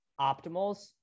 optimals